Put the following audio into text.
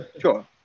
Sure